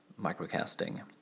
microcasting